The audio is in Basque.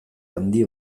handi